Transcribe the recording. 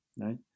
right